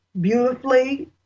beautifully